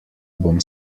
bom